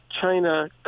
China